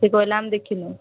ସେ କହିଲା ଆମେ ଦେଖିନୁ